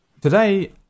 today